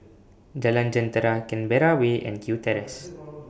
Jalan Jentera Canberra Way and Kew Terrace